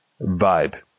vibe